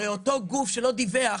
הרי אותו גוף שלא דיווח,